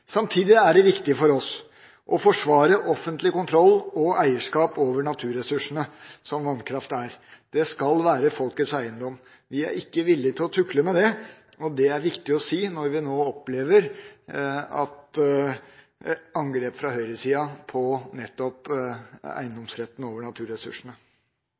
oss å forsvare offentlig kontroll og eierskap over naturressursene – som vannkraft er. Det skal være folkets eiendom. Vi er ikke villig til å tukle med det. Det er det viktig å si når vi nå opplever angrep fra høyresida på nettopp eiendomsretten over naturressursene.